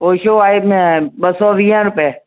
तोशो आहे न ॿ सौ वीह रुपए